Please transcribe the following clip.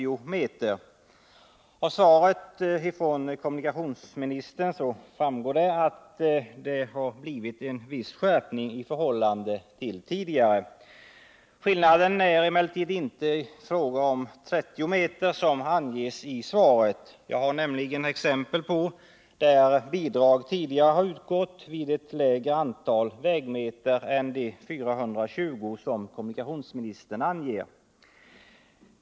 Också av svaret från kommunikationsministern framgår att det blivit en viss skärpning i förhållande till tidigare. Det är emellertid inte fråga om en skillnad på 30 m, vilket anges i svaret. Jag känner till exempel där bidrag utgått även när det gällt vägar för vilka väglängden understigit de 420 m som kommunikationsministern anger.